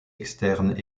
externes